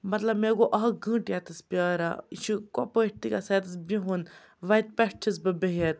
مطلب مےٚ گوٚو اَکھ گٲنٛٹہٕ ییٚتَس پیٛاران یہِ چھُ کۄپٲٹھۍ تہِ گژھان ییتَس بِہُن وَتہِ پٮ۪ٹھ چھَس بہٕ بِہتھ